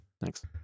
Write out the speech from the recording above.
Thanks